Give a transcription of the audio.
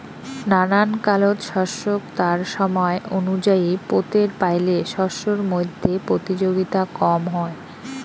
নানান কালত শস্যক তার সমায় অনুযায়ী পোতের পাইলে শস্যর মইধ্যে প্রতিযোগিতা কম হয়